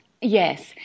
Yes